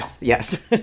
Yes